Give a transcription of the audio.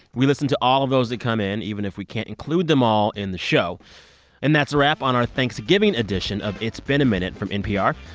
we listen to all of those that come in, even if we can't include them all in the show and that's a wrap on our thanksgiving edition of it's been a minute from npr.